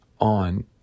on